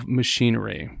machinery